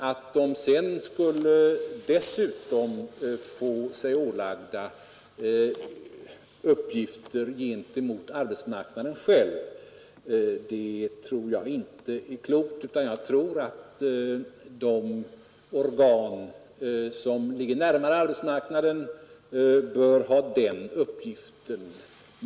Att de dessutom skulle få sig pålagda informationsuppgifter gentemot arbetsmarknaden tror jag inte är klokt utan jag menar att de organ som är inriktade på arbetsmarknadsområdet skall ha denna uppgift.